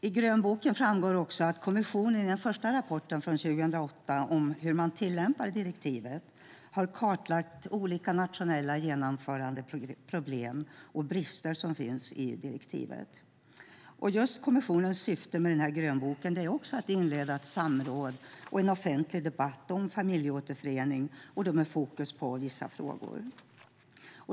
I grönboken framgår att kommissionen i den första rapporten från 2008 om hur direktivet tillämpas har kartlagt olika nationella genomförandeproblem och brister med direktivet. Kommissionens syfte med denna grönbok är också att inleda samråd och en offentlig debatt om familjeåterförening, med fokus på vissa frågor.